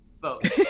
vote